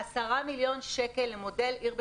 לשים 10 מיליון שקלים למודל עיר בטוחה,